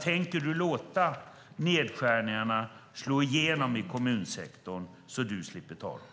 Tänker du låta nedskärningarna slå igenom i kommunsektorn så att du slipper ta dem?